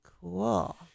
Cool